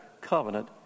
covenant